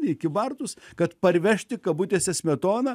į kybartus kad parvežti kabutėse smetoną